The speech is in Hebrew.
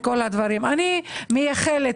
אני מייחלת